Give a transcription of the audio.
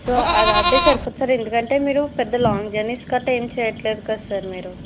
so అది అవుతే సరిపోతది సార్ మీకు ఎందుకంటే మీరు పెద్ద లాంగ్ జర్నీస్ ఏం చెయ్యట్లేదు కదా సార్ మీరు